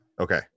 Okay